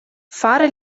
fare